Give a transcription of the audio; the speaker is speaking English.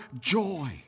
joy